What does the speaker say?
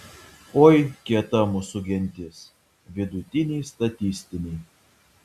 oi kieta mūsų gentis vidutiniai statistiniai